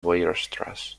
weierstrass